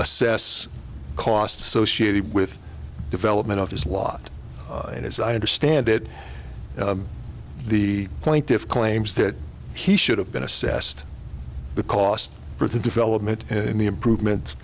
assess costs associated with development of his law and as i understand it the plaintiff's claims that he should have been assessed the cost for the development and the improvements